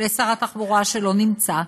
לשר התחבורה, שלא נמצא,